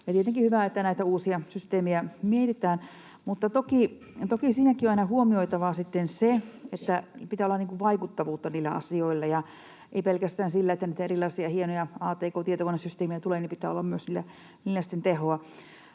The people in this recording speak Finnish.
Tietenkin on hyvä, että näitä uusia systeemejä mietitään, mutta toki siinäkin on aina huomioitava sitten se, että pitää olla vaikuttavuutta niillä asioilla: ei riitä pelkästään se, mitä erilaisia hienoja atk-tietokonesysteemejä tulee, vaan niillä pitää olla myös sitten tehoa.